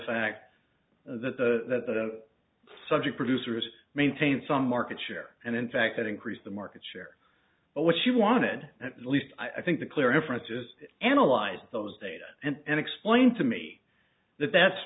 fact that the that the subject producers maintain some market share and in fact that increase the market share but what she wanted at least i think the clear reference is analyze those data and explain to me that that's